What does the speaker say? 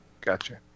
Gotcha